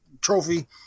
Trophy